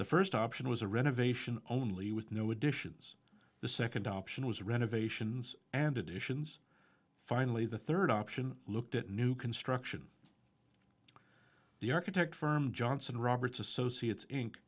the first option was a renovation only with no additions the second option was renovations and additions finally the third option looked at new construction the architect firm johnson roberts associates in